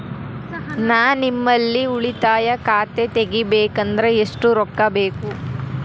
ನಾ ನಿಮ್ಮಲ್ಲಿ ಉಳಿತಾಯ ಖಾತೆ ತೆಗಿಬೇಕಂದ್ರ ಎಷ್ಟು ರೊಕ್ಕ ಬೇಕು?